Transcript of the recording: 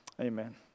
Amen